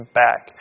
back